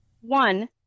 one